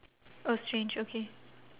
orh strange okay